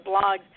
blogs